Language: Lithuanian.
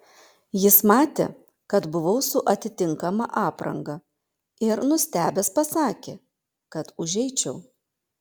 jis matė kad buvau su atitinkama apranga ir nustebęs pasakė kad užeičiau